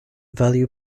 value